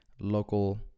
local